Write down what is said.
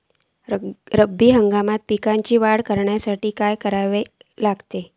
रब्बी हंगामात पिकांची वाढ करूसाठी काय करून हव्या?